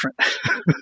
different